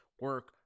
Work